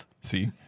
See